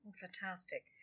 Fantastic